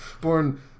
Born